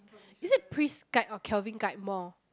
is it Pris guide or Calvin guide more